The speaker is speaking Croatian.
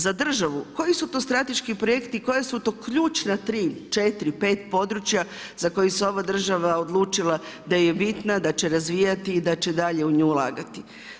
Za državu koji su to strateški projekti i koja su to ključna 3, 4, 5 područja za koje se ova država odlučila da je bitna, da će razvijati i da će dalje u nju ulagati?